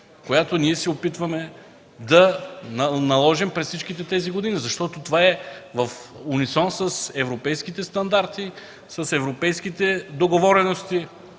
която ние се опитваме да наложим през всичките тези години, защото това е в унисон с европейските стандарти, с европейските договорености,